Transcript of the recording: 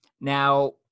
Now